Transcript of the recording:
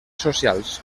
socials